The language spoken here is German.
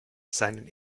seinen